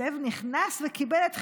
כלב נכנס וקיבל את חברון.